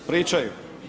Pričaju.